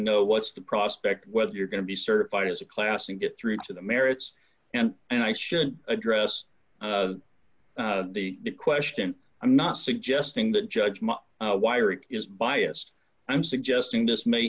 know what's the prospect whether you're going to be certified as a class and get through to the merits and and i should address the question i'm not suggesting that judgement wiring is biased i'm suggesting this may